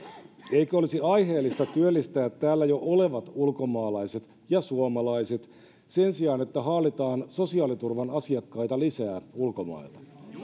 eikö olisi aiheellista työllistää täällä jo olevat ulkomaalaiset ja suomalaiset sen sijaan että haalitaan sosiaaliturvan asiakkaita lisää ulkomailta